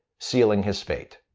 sealing his fate.